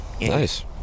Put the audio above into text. Nice